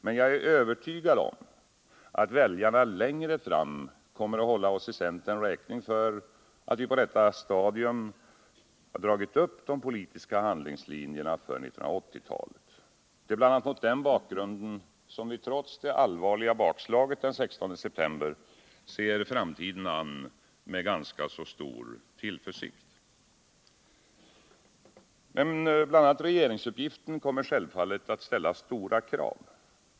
Men jag är övertygad om att väljarna längre fram kommer att hålla oss i centern räkning för att vi redan på detta stadium har dragit upp politiska handlingslinjer för 1980-talet. Det är bl.a. mot den bakgrunden som vi trots det allvarliga bakslaget den 16 september ser framtiden an med ganska så stor tillförsikt. Men bl.a. regeringsuppgiften kommer självfallet att ställa stora krav.